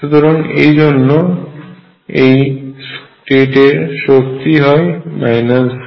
সুতরাং এই জন্য এই স্টেটের শক্তি হয় Z2e4m322022